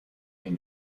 این